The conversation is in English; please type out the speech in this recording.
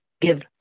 give